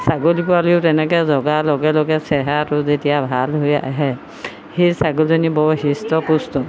ছাগলী পোৱালিয়ো তেনেকৈ জগাৰ লগে লগে চেহেৰাটো যেতিয়া ভাল হৈ আহে সেই ছাগলীজনী বৰ হিষ্ট পুষ্ট